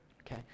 Okay